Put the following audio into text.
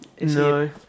No